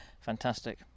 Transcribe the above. Fantastic